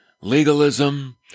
legalism